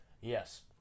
yes